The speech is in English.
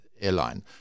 airline